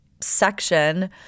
section